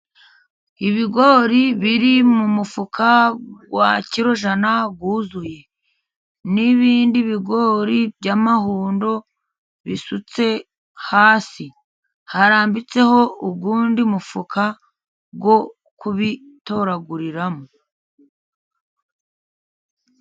Ibigori biri mu mufuka wa kirojana wuzuye, n'ibindi bigori by'amahundo bisutse hasi, harambitseho undi mufuka wo kubitoraguriramo.